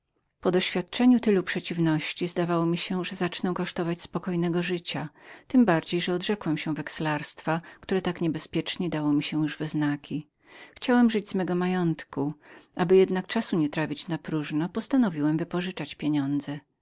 po doświadczeniu tylu przeciwności zdawało mi się że zacznę kosztować spokojnego życia tem bardziej że odrzekłem się wexlarstwa które tak niebezpiecznie dało mi się już we znaki chciałem żyć z mego majątku aby jednak czasu nie trawić napróżno postanowiłem wypożyczać pieniądze